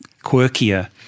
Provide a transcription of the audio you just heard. quirkier